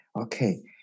okay